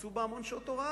קיצצו בה המון שעות הוראה.